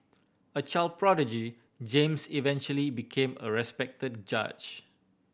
a child prodigy James eventually became a respected judge